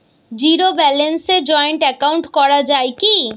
Zero ব্যালেন্সে joint account করা য়ায় কি?